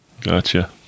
Gotcha